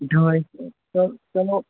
ڈاے ساس چلو چلو